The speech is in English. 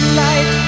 light